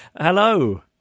Hello